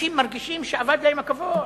אנשים מרגישים שאבד להם הכבוד.